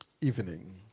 evening